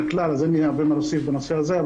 הכלל אז אין לי הרבה מה להוסיף בנושא הזה.